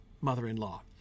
mother-in-law